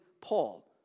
Paul